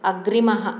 अग्रिमः